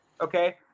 Okay